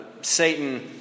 Satan